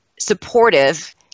supportive